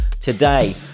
today